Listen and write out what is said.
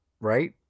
right